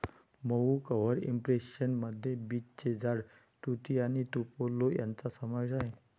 मऊ cover impression मध्ये बीचचे झाड, तुती आणि तुपेलो यांचा समावेश आहे